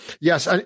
Yes